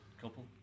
couple